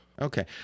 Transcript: Okay